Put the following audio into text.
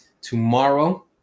tomorrow